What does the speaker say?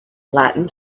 latin